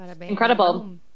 Incredible